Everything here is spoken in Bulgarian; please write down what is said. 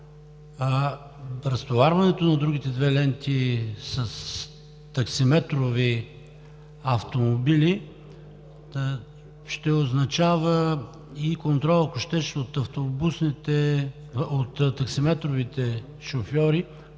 Разтоварването на другите две ленти с таксиметрови автомобили ще означава и контрол, ако щеш, от таксиметровите шофьори,